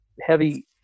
heavy